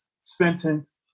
sentence